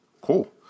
Cool